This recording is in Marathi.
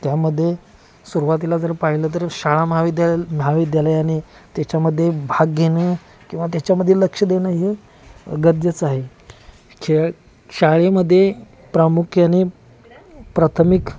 त्यामध्ये सुरवातीला जर पाहिलं तर शाळा महाविद्याल महाविद्यालयाने त्याच्यामध्ये भाग घेणं किंवा त्याच्यामध्ये लक्ष देणं हे गरजेचं आहे खेळ शाळेमध्ये प्रामुख्याने प्राथमिक